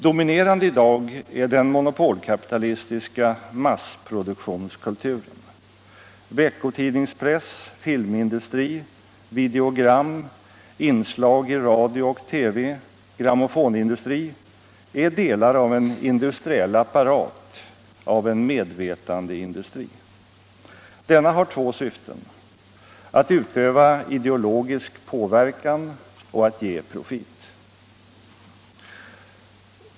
Dominerande i dag är den monopolkapitalistiska ”massproduktionskulturen”. Veckotidningspress, filmindustri, videogram, inslag i radio och TV, grammofonindustri är delar av en industriell apparat, av en medvetandeindustri. Denna har två syften: att utöva ideologisk påverkan och att ge profit.